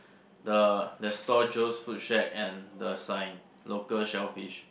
the the store Joe's food shack and the sign local shellfish